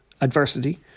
adversity